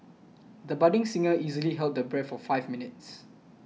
the budding singer easily held her breath for five minutes